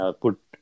put